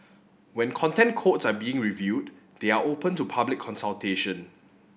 when Content Codes are being reviewed they are open to public consultation